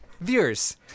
Viewers